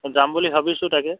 যাম বুলি ভাবিছোঁ তাকে